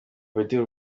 politiki